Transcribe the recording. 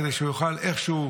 כדי שהוא יוכל איכשהו,